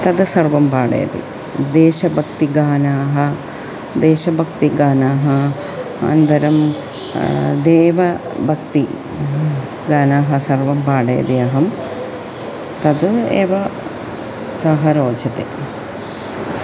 तत् सर्वं पाठयति देशभक्तिगानानि देशभक्तिगानानि अनन्तरं देवभक्तिगानानि सर्वं पाठयति अहं तत् एव सः रोचते